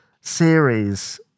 series